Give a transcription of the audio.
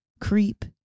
Creep